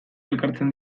elkartzen